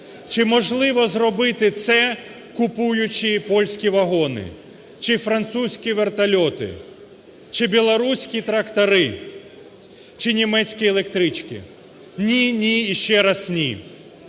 Чи можливо зробити це, купуючи польські вагони чи французькі вертольоти, чи білоруські трактори, чи німецькі електрички? Ні, ні і ще раз ні.